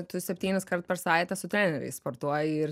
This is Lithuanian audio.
tu septyniskart per savaitę su treneriais sportuoji ir